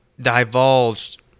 divulged